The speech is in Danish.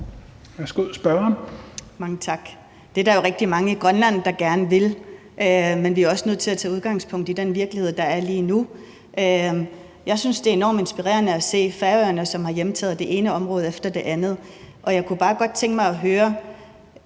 Mange tak. Det er der jo rigtig mange i Grønland, der gerne vil, men vi er også nødt til at tage udgangspunkt i den virkelighed, der er lige nu. Jeg synes, det er enormt inspirerende at se Færøerne, som har hjemtaget det ene område efter det andet, og jeg kunne bare godt tænke mig at høre